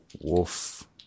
wolf